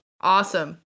Awesome